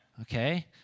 Okay